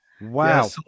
Wow